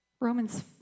Romans